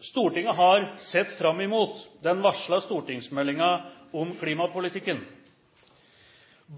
Stortinget har sett fram imot den varslede stortingsmeldingen om klimapolitikken.